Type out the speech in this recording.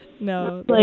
no